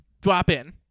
drop-in